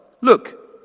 Look